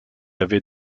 avait